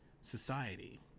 society